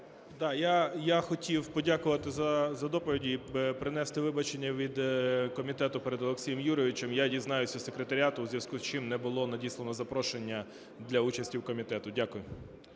Я хотів подякувати за доповіді і принести вибачення від комітету перед Олексієм Юрійовичем. Я дізнаюся в секретаріату, в зв'язку з чим не було надіслано запрошення для участі в комітеті. Дякую.